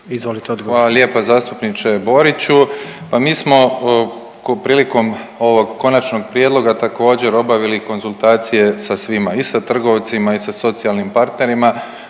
Hvala lijepa zastupniče Boriću, pa mi smo prilikom ovog konačnog prijedloga također obavili i konzultacije sa svima i sa trgovcima i sa socijalnim partnerima.